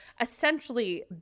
essentially